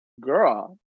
Girl